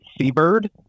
Seabird